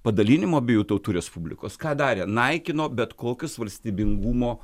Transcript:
padalinimo abiejų tautų respublikos ką darė naikino bet kokius valstybingumo